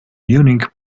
unique